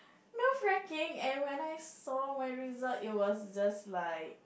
nerve wrecking and when I saw my result it was just like